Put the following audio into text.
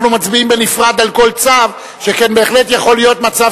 אנחנו מצביעים בנפרד על כל צו שכן בהחלט יכול להיות מצב